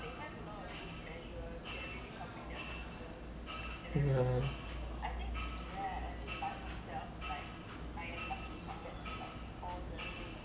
ya